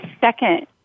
second